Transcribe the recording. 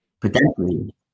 Potentially